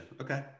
Okay